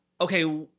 Okay